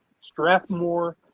Strathmore